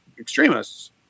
extremists